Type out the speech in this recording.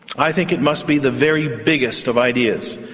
i think it must be the very biggest of ideas,